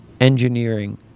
engineering